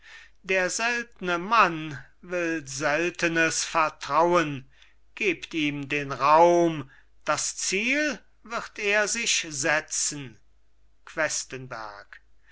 der seltne mann will seltenes vertrauen gebt ihm den raum das ziel wird er sich setzen questenberg